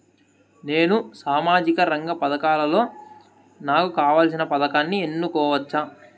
నేను సామాజిక రంగ పథకాలలో నాకు కావాల్సిన పథకాన్ని ఎన్నుకోవచ్చా?